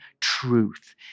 truth